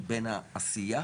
בין העשייה